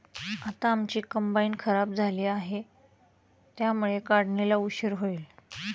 आता आमची कंबाइन खराब झाली आहे, त्यामुळे काढणीला उशीर होईल